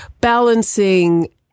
balancing